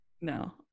No